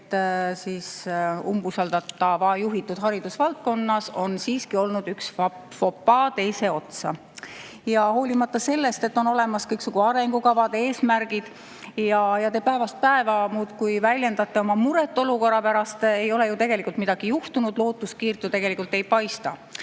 et umbusaldatava juhitud haridusvaldkonnas on olnud üks fopaa teise otsa. Ja hoolimata sellest, et on olemas kõiksugu arengukavad, eesmärgid ja te päevast päeva muudkui väljendate oma muret olukorra pärast, ei ole ju tegelikult midagi juhtunud, lootuskiirt ei paista.